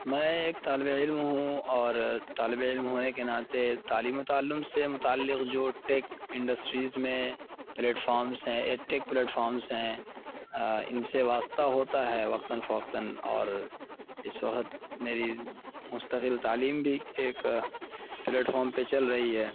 میں ایک طالب علم ہوں اور طالب علم ہونے کے ناطے تعلیم و تعلم سے متعلق جو ٹیک انڈسٹریز میں پلیٹ فارمس ہیں ایلیکٹرک فلیٹ فارمس ہیں ان سے واسطہ ہوتا ہے وقتاً فوقتاً اور اس وقت میری مستقل تعلیم بھی ایک پلیٹ فارمس پہ چل رہی ہے